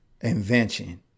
invention